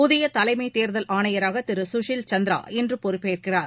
புதிய தலைமை தேர்தல் ஆணையராக திரு சுஷில் சந்திரா இன்று பொறுப்பேற்கிறார்